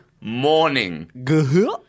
morning